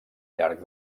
llarg